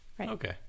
Okay